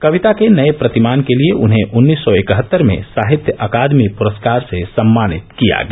कविता के नए प्रतिमान के लिए उन्हें उन्नीस सौ इकहत्तर में साहित्य अकादमी पुरस्कार से सम्मानित किया गया